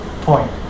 point